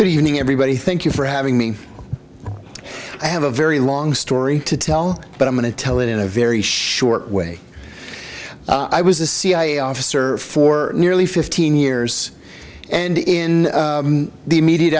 good evening everybody thank you for having me i have a very long story to tell but i'm going to tell it in a very short way i was a cia officer for nearly fifteen years and in the immediate